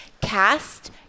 Cast